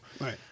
Right